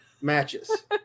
Matches